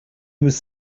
was